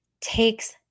Takes